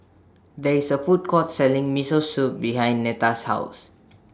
There IS A Food Court Selling Miso Soup behind Netta's House